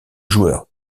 joueur